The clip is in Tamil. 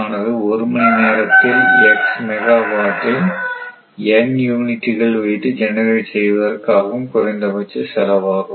ஆனது ஒரு மணி நேரத்தில் x மெகாவாட்டை N யூனிட்டுகள் வைத்து ஜெனரேட் செய்வதற்கு ஆகும் குறைந்தபட்ச செலவாகும்